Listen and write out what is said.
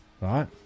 right